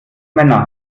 männer